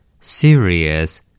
Serious